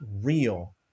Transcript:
real